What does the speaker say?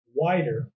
wider